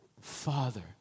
father